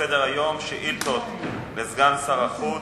אנחנו עוברים לסעיף הבא בסדר-היום: שאילתות לסגן שר החוץ,